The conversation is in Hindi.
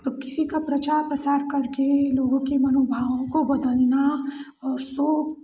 किसी का प्रचार प्रसार करके लोगों के मनोभावों को बदलना और शो